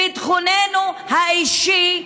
ביטחוננו האישי,